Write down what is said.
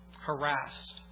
harassed